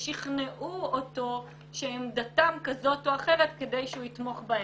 ושכנעו אותו שעמדתם כזאת או אחרת כדי שהוא יתמוך בהם.